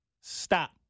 Stop